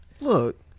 Look